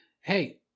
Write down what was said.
hey